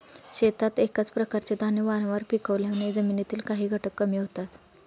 शेतात एकाच प्रकारचे धान्य वारंवार पिकवल्याने जमिनीतील काही घटक कमी होतात